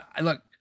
look